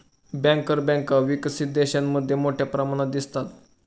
banker बँका विकसित देशांमध्ये मोठ्या प्रमाणात दिसतात